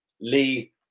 lee